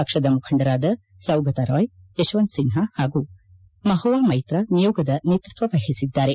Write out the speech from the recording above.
ಪಕ್ಷದ ಮುಖಂಡರಾದ ಸೌಗತಾ ರಾಯ್ ಯಶವಂತ್ ಸಿನ್ವಾ ಹಾಗೂ ಮಹುವಾ ಮೈತ್ರಾ ನಿಯೋಗದ ನೇತೃತ್ವ ವಹಿಸಿದ್ದಾರೆ